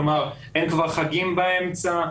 כלומר אין כבר חגים באמצע,